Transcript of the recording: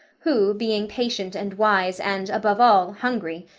who, being patient and wise and, above all, hungry,